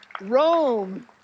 Rome